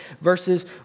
verses